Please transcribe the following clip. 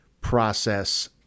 process